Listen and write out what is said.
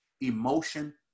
emotion